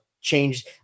change